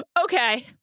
Okay